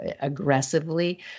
aggressively